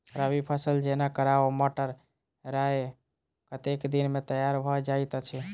रबी फसल जेना केराव, मटर, राय कतेक दिन मे तैयार भँ जाइत अछि?